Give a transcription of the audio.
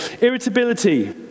Irritability